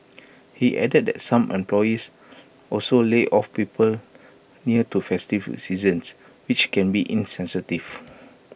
he added that some employees also lay off people near to festive seasons which can be insensitive